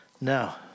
Now